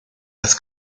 las